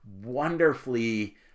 wonderfully